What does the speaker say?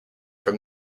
from